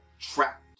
trapped